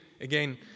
again